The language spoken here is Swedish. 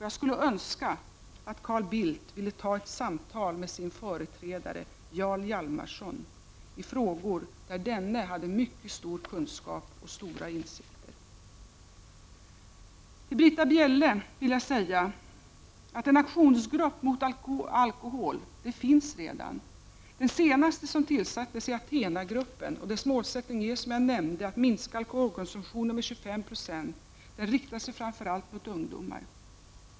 Jag skulle önska att Carl Bildt ville ta ett samtal med sin företrädare, Jarl Hjalmarson, i frågor där denne hade mycket stor kunskap och stora insikter. Till Britta Bjelle vill jag säga att en aktionsgrupp mot alkohol redan finns. Den senaste som tillsattes är Athenagruppen, och dess målsättning är som jag nämnde att minska alkoholkonsumtionen med 25 20. Den riktar sig framför allt mot ungdomar.